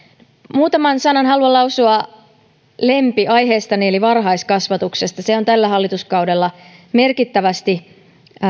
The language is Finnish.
muutaman sanan haluan lausua lempiaiheestani eli varhaiskasvatuksesta se on tällä hallituskaudella merkittävästi